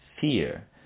fear